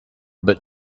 but